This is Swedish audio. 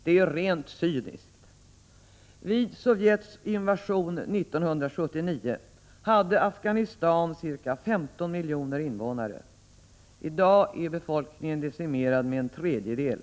Det är inte enbart ett underligt påstående; det är cyniskt. är befolkningen decimerad med en tredjedel.